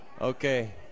Okay